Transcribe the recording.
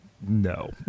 No